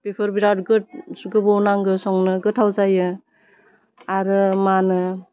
बेफोर बिराथ गोबाव नांगो संनो गोथाव जायो आरो मा होनो